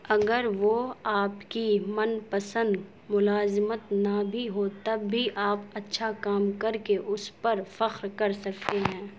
اگر وہ آپ کی من پسند ملازمت نہ بھی ہو تب بھی آپ اچھا کام کر کے اس پر فخر کر سکتے ہیں